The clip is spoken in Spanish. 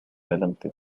delante